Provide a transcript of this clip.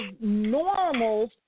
normal